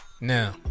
Now